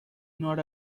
nor